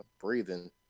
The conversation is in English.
breathing